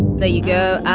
there you go,